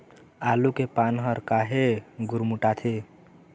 आलू के पान हर काहे गुरमुटाथे?